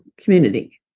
community